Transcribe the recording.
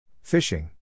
Fishing